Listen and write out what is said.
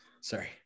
Sorry